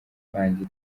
bandi